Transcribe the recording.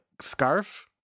scarf